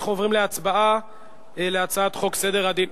אנחנו עוברים להצבעה על הצעת חוק סדר הדין,